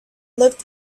looked